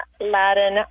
Latin